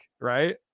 Right